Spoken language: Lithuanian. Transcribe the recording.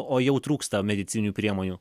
o jau trūksta medicininių priemonių